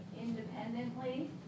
independently